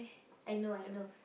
I know I know